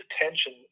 attention